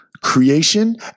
creation